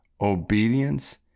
obedience